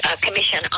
commission